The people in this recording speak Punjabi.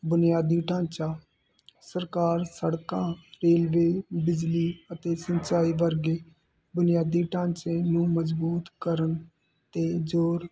ਬੁਨਿਆਦੀ ਢਾਂਚਾ ਸਰਕਾਰ ਸੜਕਾਂ ਰੇਲਵੇ ਬਿਜਲੀ ਅਤੇ ਸਿੰਚਾਈ ਵਰਗੇ ਬੁਨਿਆਦੀ ਢਾਂਚੇ ਨੂੰ ਮਜ਼ਬੂਤ ਕਰਨ 'ਤੇ ਜ਼ੋਰ